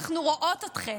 אנחנו רואות אתכן,